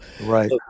right